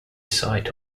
site